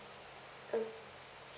oh